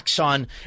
on